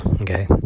Okay